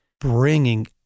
bringing